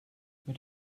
mit